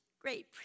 great